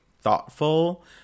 thoughtful